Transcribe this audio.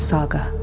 Saga